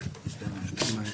זה לא יפה.